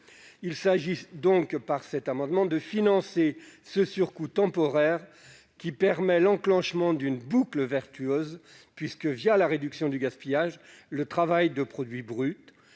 matériels. Cet amendement vise à financer ce surcoût temporaire qui permet l'enclenchement d'une boucle vertueuse, puisque, la réduction du gaspillage et le travail de produits bruts,